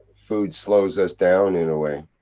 food slows us down, in a way.